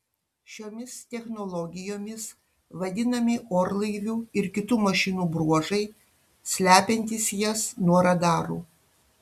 šiomis technologijomis vadinami orlaivių ir kitų mašinų bruožai slepiantys jas nuo radarų